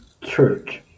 Church